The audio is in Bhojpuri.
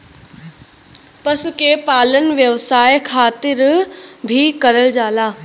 पशु के पालन व्यवसाय के खातिर भी करल जाला